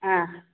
ஆ